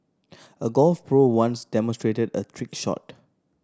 a golf pro once demonstrated a trick shot